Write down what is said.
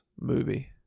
movie